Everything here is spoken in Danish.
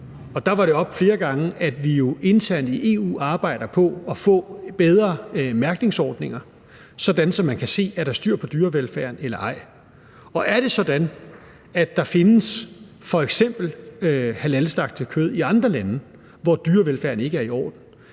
der var det oppe flere gange, at vi jo internt i EU arbejder på at få bedre mærkningsordninger, så man kan se, om der er styr på dyrevelfærden eller ej. Er det sådan, at der findes f.eks. halalslagtet kød i andre lande, hvor dyrevelfærden ikke er i orden,